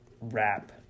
rap